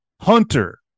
Hunter